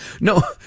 No